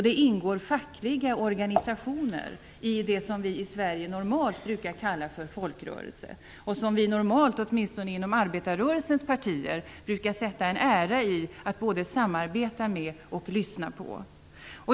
Det ingår fackliga organisationer i det som vi i Sverige normalt brukar kalla för folkrörelser och som vi normalt - åtminstone inom arbetarrörelsens partier - brukar sätta en ära i att både samarbeta med och lyssna på.